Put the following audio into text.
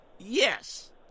Yes